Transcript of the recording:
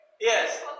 Yes